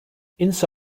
inside